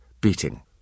beating